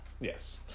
Yes